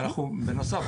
בנוסף,